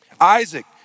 Isaac